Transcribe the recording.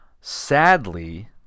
sadly